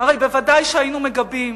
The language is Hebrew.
הרי בוודאי שהיינו מגבים.